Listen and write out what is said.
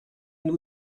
nous